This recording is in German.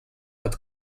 hat